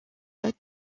hautes